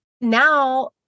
now